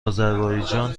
آذربایجان